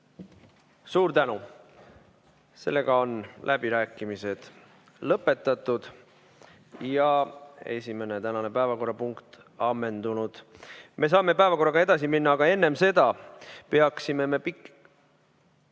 Suur tänu! Sellega on läbirääkimised lõpetatud ja tänane esimene päevakorrapunkt ammendunud. Me saame päevakorraga edasi minna, aga enne seda peaksime pikendama